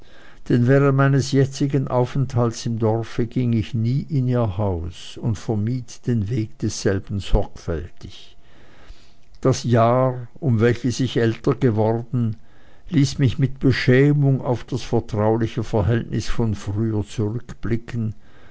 denn während meines jetzigen aufenthaltes im dorfe ging ich nie in ihr haus und vermied den weg desselben sorgfältig das jahr um welches ich älter geworden ließ mich mit beschämung auf das vertrauliche verhältnis von früher zurückblicken